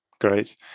Great